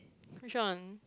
which one